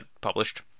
published